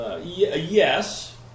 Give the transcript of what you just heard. Yes